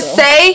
say